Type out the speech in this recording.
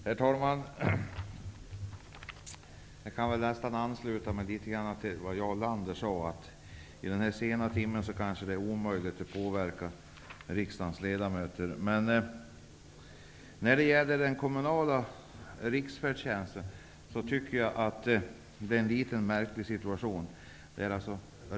Herr talman! Jag kan ansluta mig till vad Jarl Lander sade, att det i denna sena timme kanske är omöjligt att påverka riksdagens ledamöter. När det gäller kommunaliseringen av riksfärdtjänsten tycker jag att det är en märklig situation.